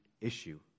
issue